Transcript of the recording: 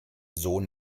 sohn